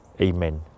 Amen